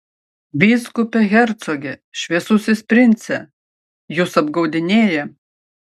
vyskupe hercoge šviesusis prince jus apgaudinėja